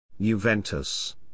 Juventus